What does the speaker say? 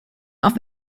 auf